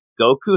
Goku